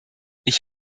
ich